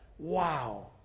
Wow